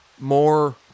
more